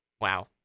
Wow